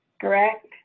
correct